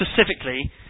specifically